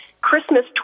Christmas